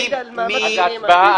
הצבעה.